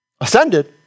ascended